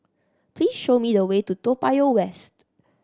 please show me the way to Toa Payoh West